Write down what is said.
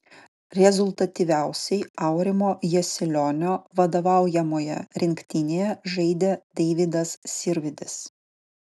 rezultatyviausiai aurimo jasilionio vadovaujamoje rinktinėje žaidė deividas sirvydis